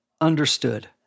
understood